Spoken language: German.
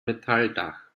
metalldach